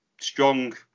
strong